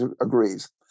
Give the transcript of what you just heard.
agrees